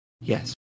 Yes